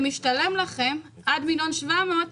שזה משתלם להם עד 1.7 מיליון,